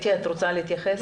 אתי, את רוצה להתייחס?